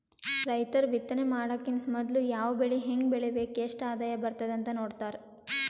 ರೈತರ್ ಬಿತ್ತನೆ ಮಾಡಕ್ಕಿಂತ್ ಮೊದ್ಲ ಯಾವ್ ಬೆಳಿ ಹೆಂಗ್ ಬೆಳಿಬೇಕ್ ಎಷ್ಟ್ ಆದಾಯ್ ಬರ್ತದ್ ಅಂತ್ ನೋಡ್ತಾರ್